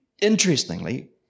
interestingly